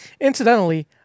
Incidentally